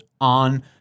on